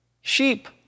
sheep